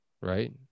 right